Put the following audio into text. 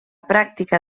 pràctica